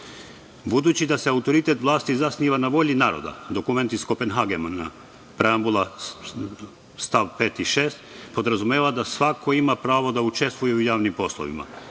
da se autoritet vlasti zasniva na volji naroda, dokument iz Kopenhagena, preambula stav 5. i 6, podrazumeva da svako ima pravo da učestvuje u javnim poslovima,